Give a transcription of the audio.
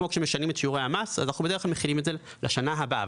כשמשנים את שיעורי המס אנחנו בדרך כלל מכינים את זה לשנה הבאה,